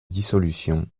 dissolution